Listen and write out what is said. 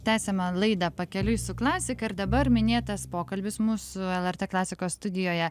tęsiame laidą pakeliui su klasika ir dabar minėtas pokalbis mūsų lrt klasikos studijoje